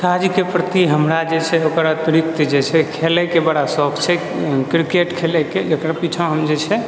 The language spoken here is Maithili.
कार्यके प्रति हमरा जे छै ओकर अतिरिक्त जे छै खेलैके बड़ा शौक छै किरकेट खेलैके जकर पीछाँ हम जे छै